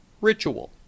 ritual